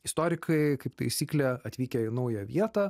istorikai kaip taisyklė atvykę į naują vietą